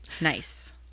Nice